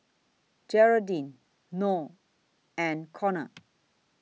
Geraldine Noe and Conor